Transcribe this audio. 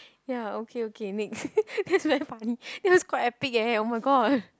ya okay okay next that's very funny that was quite epic eh oh my god